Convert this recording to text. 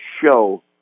show